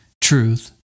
truth